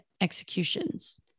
executions